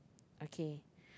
okay